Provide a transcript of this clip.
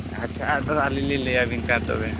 ᱟᱪᱪᱷᱟ ᱟᱨ ᱫᱚᱲᱦᱟ ᱟᱹᱞᱤᱧ ᱞᱤᱧ ᱞᱟᱹᱭᱟᱵᱮᱱ ᱠᱟᱱᱟ ᱛᱚᱵᱮ